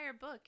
book